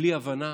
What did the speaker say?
בלי הבנה